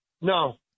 No